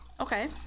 Okay